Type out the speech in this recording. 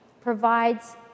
provides